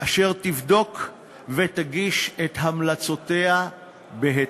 אשר תבדוק ותגיש את המלצותיה בהתאם.